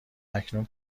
اکنون